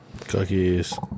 Cookies